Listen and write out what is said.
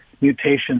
mutations